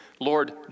Lord